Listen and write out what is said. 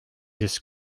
sest